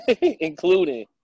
including